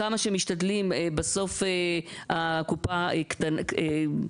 ככל שמשתדלים, בסוף השמיכה קצרה.